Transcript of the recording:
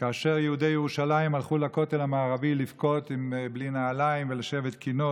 כאשר יהודי ירושלים הלכו לכותל המערבי לבכות בלי נעליים ולשבת לקינות,